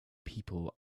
people